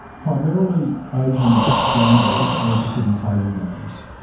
primarily asian gamblers are interested in table games,